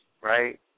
right